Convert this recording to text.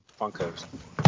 Funkos